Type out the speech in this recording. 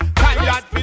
tired